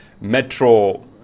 metro